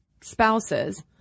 spouses